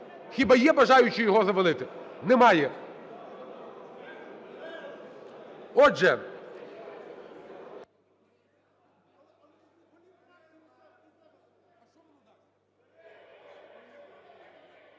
Хіба є бажаючі його завалити – немає. Отже…